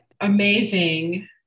amazing